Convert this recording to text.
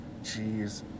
Jeez